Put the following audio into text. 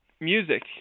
music